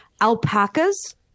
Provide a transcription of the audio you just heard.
Alpacas